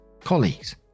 Colleagues